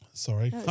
sorry